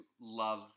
love